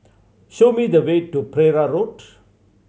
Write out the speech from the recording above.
show me the way to Pereira Road